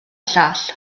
llall